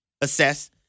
assess